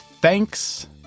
Thanks